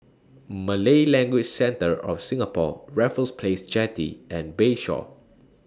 Malay Language Centre of Singapore Raffles Place Jetty and Bayshore